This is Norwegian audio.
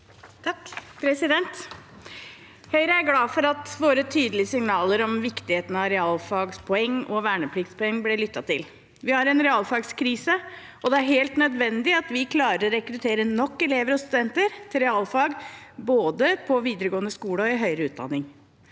Vi i Høyre er glad for at våre tydelige signaler om viktigheten av realfags poeng og vernepliktspoeng ble lyttet til. Vi har en realfagskrise, og det er helt nødvendig at vi klarer å rekruttere nok elever og studenter til realfag, både på videregående skole og i høyere utdanning.